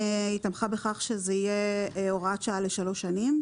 היא תמכה בכך שזו תהיה הוראת שעה לשלוש שנים.